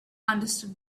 understood